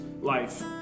life